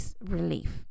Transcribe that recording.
relief